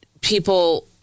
people